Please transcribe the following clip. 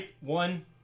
One